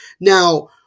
Now